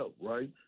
right